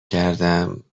کردم